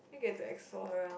then get to explore around